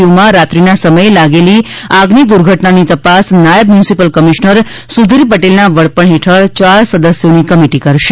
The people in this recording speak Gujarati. યુમાં રાત્રીના સમયે લાગેલી આગની દુર્ઘટનાની તપાસ નાયબ મ્યુનીસીપલ કમિશ્નર સુધિર પટેલના વડપણ હેઠળ ચાર સદસ્યોની કમિટિ કરશે